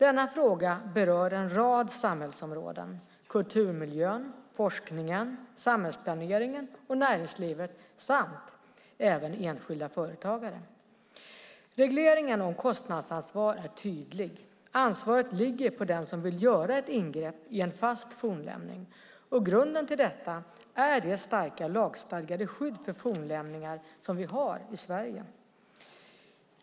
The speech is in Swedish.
Denna fråga berör en rad samhällsområden: kulturmiljön, forskningen, samhällsplaneringen och näringslivet samt även enskilda företagare. Regleringen om kostnadsansvar är tydlig - ansvaret ligger på den som vill göra ett ingrepp i en fast fornlämning. Grunden till detta är det starka lagstadgade skydd för fornlämningar som vi har i Sverige.